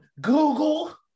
Google